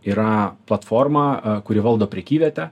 yra platforma kuri valdo prekyvietę